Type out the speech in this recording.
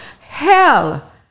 hell